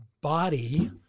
body